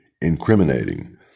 incriminating